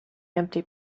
empty